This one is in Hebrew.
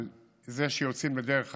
על זה שיוצאים לדרך חדשה,